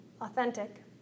authentic